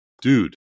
Dude